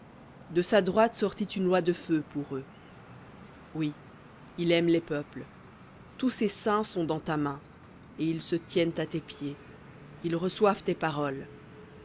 de sa droite une loi de feu pour eux oui il aime les peuples tous ses saints sont dans ta main et ils se tiennent à tes pieds ils reçoivent tes paroles